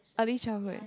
early childhood